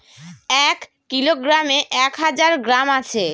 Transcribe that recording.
এক কিলোগ্রামে এক হাজার গ্রাম আছে